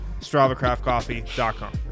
StravaCraftCoffee.com